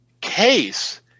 Case